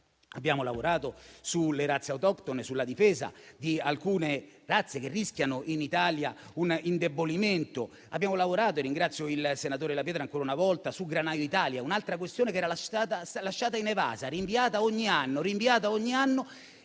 Abbiamo lavorato sulle razze autoctone e sulla difesa di alcune razze che rischiano in Italia un indebolimento. Abbiamo lavorato - e ringrazio il senatore La Pietra ancora una volta - su Granaio Italia, un'altra questione che era stata lasciata inevasa, rinviata ogni anno.